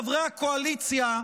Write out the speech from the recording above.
חברי הקואליציה,